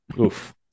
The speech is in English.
Oof